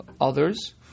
others